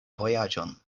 vojaĝon